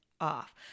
off